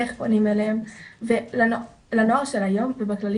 איך פונים אליהם ולנוער של היום ובכללי